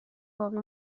باقی